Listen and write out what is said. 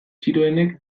txiroenek